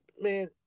man